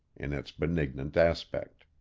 in its benignant aspect.